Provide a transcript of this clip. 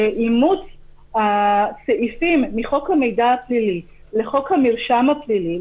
באימוץ הסעיפים מחוק המידע הפלילי לחוק המרשם הפלילי,